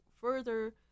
further